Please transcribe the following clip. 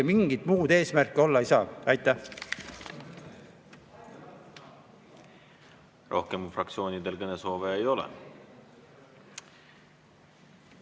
mingit muud eesmärki olla ei saa. Aitäh!